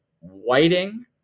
Whiting